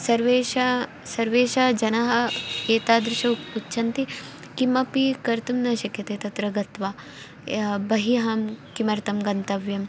सर्वेषां सर्वेषां जनः एतादृशं वदन्ति किमपि कर्तुं न शक्यते तत्र गत्वा या बहिः अहं किमर्तं गन्तव्यं